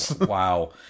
Wow